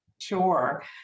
Sure